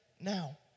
now